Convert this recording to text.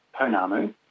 Ponamu